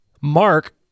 Mark